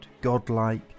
godlike